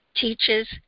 teaches